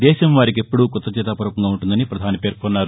దేశం వారికెప్పుడూ కృతజ్ఞతాపూర్వకంగా ఉంటుంది పధాని పేర్కొన్నారు